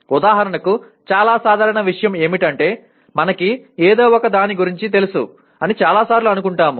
ఉదాహరణకు చాలా సాధారణ విషయం ఏమిటంటే మనకి ఏదో ఒక దాని గురించి తెలుసు అని చాలా సార్లు అనుకుంటాము